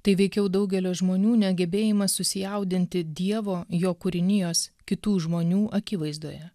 tai veikiau daugelio žmonių negebėjimas susijaudinti dievo jo kūrinijos kitų žmonių akivaizdoje